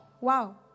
wow